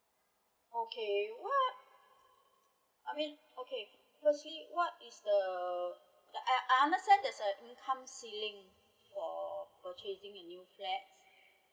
okay what I mean okay firstly what is the I I understand there's a income ceiling for purchasing a new flat